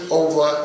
over